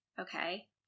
Okay